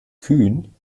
kühn